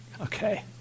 okay